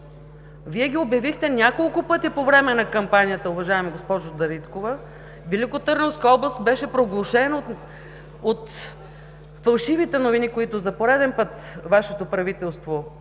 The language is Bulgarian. Вие ги обявихте няколко пъти по време на кампанията, уважаема госпожо Дариткова. Великотърновска област беше проглушена от фалшивите новини, които за пореден път Вашето правителство излъчи,